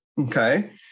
Okay